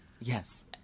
Yes